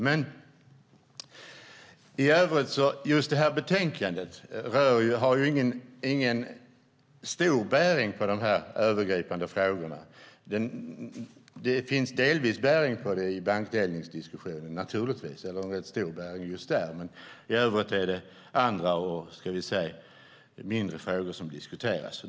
Det här betänkandet har inte någon stor bäring på de övergripande frågorna. Det finns delvis en rätt stor bäring på det i just bankdelningsdiskussionen, men i övrigt är det andra och mindre frågor som diskuteras.